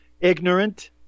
ignorant